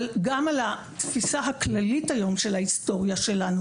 גם על התפיסה על הכללית של ההיסטוריה שלנו,